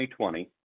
2020